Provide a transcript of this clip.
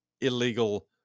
illegal